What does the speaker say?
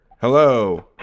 Hello